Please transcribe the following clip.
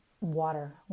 water